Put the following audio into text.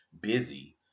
busy